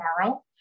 tomorrow